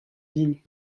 din